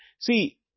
see